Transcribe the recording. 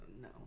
No